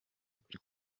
ukuri